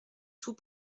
sous